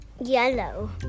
Yellow